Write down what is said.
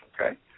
okay